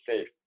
safe